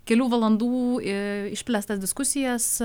kelių valandų išplėstas diskusijas